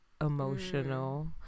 emotional